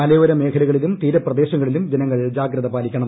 മലയ്ക്ടോര മേഖലകളിലും തീരപ്രദേശങ്ങളിലും ജനങ്ങൾ ജാഗ്രത്യപാട്ലിക്കണം